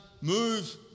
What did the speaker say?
move